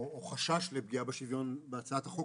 או חשש לפגיעה בשוויון בהצעת החוק,